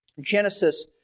Genesis